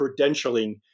credentialing